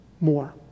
more